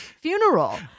funeral